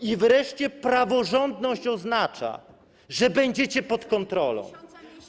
I wreszcie praworządność oznacza, że będziecie pod kontrolą.